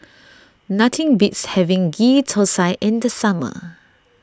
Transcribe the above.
nothing beats having Ghee Thosai in the summer